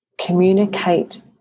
communicate